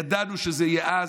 ידענו שזה יהיה אז.